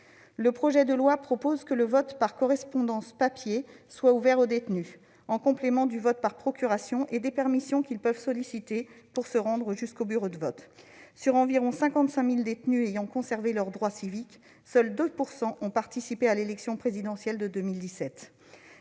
Le texte prévoit que le vote par correspondance papier soit ouvert aux détenus, en complément du vote par procuration et des permissions qu'ils peuvent solliciter pour se rendre jusqu'à leur bureau de vote. Sur environ 55 000 détenus ayant conservé leurs droits civiques, seuls 2 % ont participé à l'élection présidentielle de 2017.